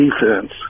defense